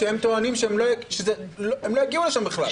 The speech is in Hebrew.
שהם טוענים שהם לא יגיעו לשם בכלל.